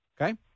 Okay